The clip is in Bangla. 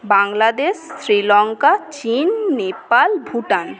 বাংলাদেশ শ্রীলঙ্কা চিন নেপাল ভুটান